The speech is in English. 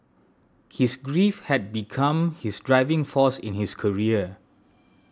his grief had become his driving force in his career